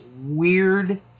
weird